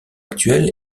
actuel